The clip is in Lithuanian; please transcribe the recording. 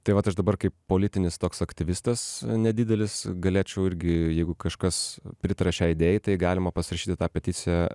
tai vat aš dabar kaip politinis toks aktyvistas nedidelis galėčiau irgi jeigu kažkas pritaria šiai idėjai tai galima pasirašyti tą peticiją